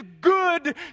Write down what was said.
good